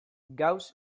gauss